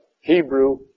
Hebrew